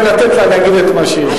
לתת לה להגיד את מה שיש לה.